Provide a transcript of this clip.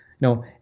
No